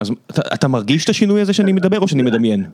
אז אתה מרגיש את השינוי הזה שאני מדבר או שאני מדמיין?